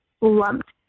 lumped